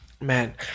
man